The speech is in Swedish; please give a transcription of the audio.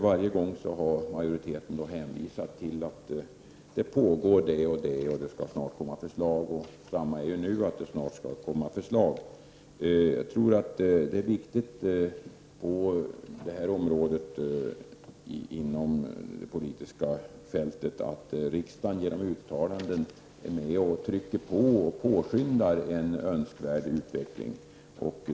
Varje gång har majoriteten hänvisat till att olika verksamheter pågår och att det snart skall framläggas förslag. Detsamma sägs nu, nämligen att det snart skall komma förslag på området. Det är viktigt att riksdagen genom uttalanden på detta politiska fält påskyndar en önskvärd utveckling.